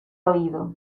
oído